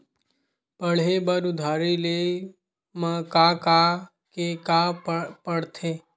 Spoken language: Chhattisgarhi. पढ़े बर उधारी ले मा का का के का पढ़ते?